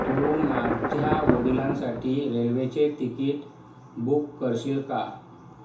तू माझ्या वडिलांसाठी रेल्वेचे तिकीट बुक करशील का